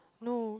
no